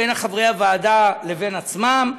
בין חברי הוועדה לבין עצמם,